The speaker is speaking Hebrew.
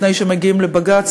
לפני שמגיעים לבג"ץ,